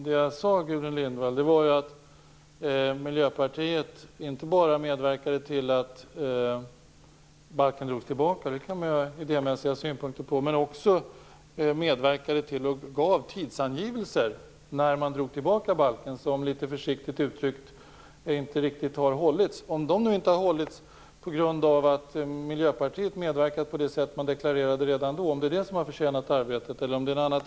Det jag sade var att Miljöpartiet inte bara medverkade till att balken drogs tillbaka - det kan man ju ha idémässiga synpunkter på - utan också gav tidsangivelser som, litet försiktigt uttryckt, inte riktigt har hållits. Jag kan inte avgöra om ifall de inte har hållits, och ifall arbetet har försenats, på grund av att man från Miljöpartiet medverkat på det sätt man deklarerade redan tidigare eller på grund av något annat.